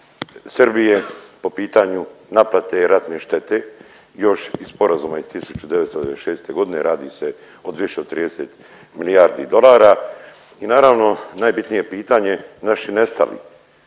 Srbije po pitanju naplate ratne štete još iz sporazuma iz 1996. godine radi se o više od 30 milijardi dolara i naravno najbitnije pitanje naši nestali.